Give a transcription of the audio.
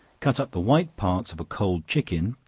cut up the white parts of a cold chicken,